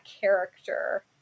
character